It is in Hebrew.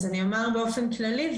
זה נאמר באופן כללי.